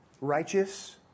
Righteous